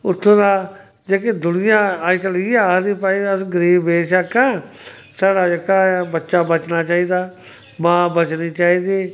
उत्थूं दा जेह्की दुनिया ऐ अजकल्ल इ'यै आखदी भाई अस गरीब बेशक्क आं साढ़ा जेह्का ऐ बच्चा बचना चाहिदा मां बचनी चाहिदी